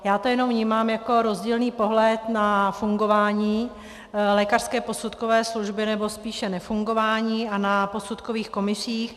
Já to jenom vnímám jako rozdílný pohled na fungování lékařské posudkové služby, nebo spíše nefungování, a na posudkových komisích.